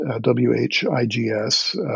W-H-I-G-S